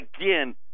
Again